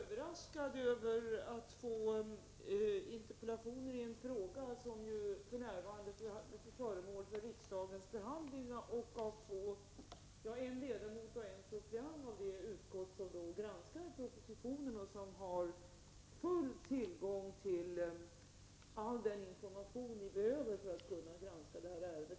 Herr talman! Jag var i och för sig litet överraskad över att få interpellationer i ett ärende som för närvarande är föremål för riksdagens behandling, liksom över att interpellationerna framställdes av en ledamot resp. en suppleant i det utskott som granskar den ifrågavarande propositionen. Ni har full tillgång till all den information ni behöver för att kunna granska ärendet.